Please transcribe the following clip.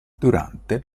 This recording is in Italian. durante